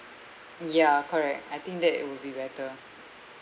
ya correct I think that would be better